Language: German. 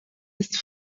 ist